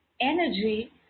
energy